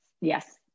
Yes